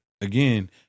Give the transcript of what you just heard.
Again